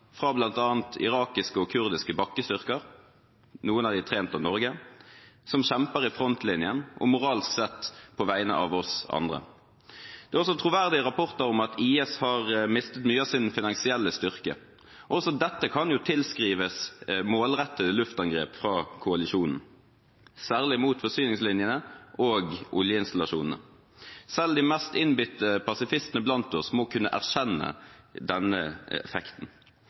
fra bl.a. irakiske og kurdiske bakkestyrker – noen av dem trent av Norge – som kjemper i frontlinjen og moralsk sett på vegne av oss andre. Det er også troverdige rapporter om at IS har mistet mye av sin finansielle styrke. Også dette kan tilskrives målrettede luftangrep fra koalisjonen, særlig mot forsyningslinjene og oljeinstallasjonene. Selv de mest innbitte pasifistene blant oss må kunne erkjenne denne effekten.